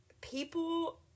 people